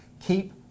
Keep